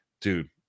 Dude